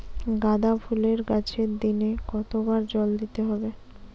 গাদা ফুলের গাছে দিনে কতবার জল দিতে হবে?